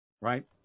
right